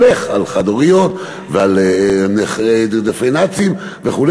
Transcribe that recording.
הולך על חד-הוריות ועל נכי רדיפות הנאצים וכו',